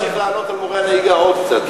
אולי הוא רוצה להמשיך לענות על מורי הנהיגה עוד קצת,